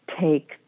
take